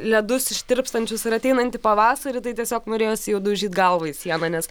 ledus ištirpstančius ir ateinantį pavasarį tai tiesiog norėjosi jau daužyti galvą į sieną nes